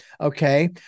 okay